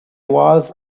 was